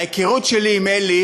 ההיכרות שלי עם אלי